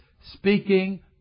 speaking